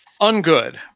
Ungood